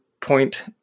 point